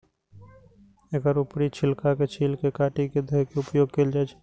एकर ऊपरी छिलका के छील के काटि के धोय के उपयोग कैल जाए छै